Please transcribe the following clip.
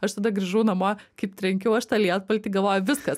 aš tada grįžau namo kaip trenkiau aš tą lietpaltį galvojau viskas